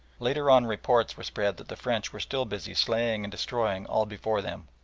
later on reports were spread that the french were still busy slaying and destroying all before them,